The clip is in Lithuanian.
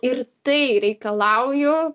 ir tai reikalauju